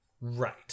Right